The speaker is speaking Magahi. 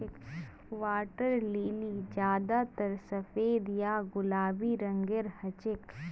वाटर लिली ज्यादातर सफेद या गुलाबी रंगेर हछेक